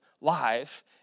life